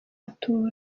atura